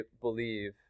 believe